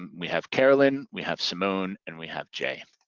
and we have carolyn, we have simone and we have jay.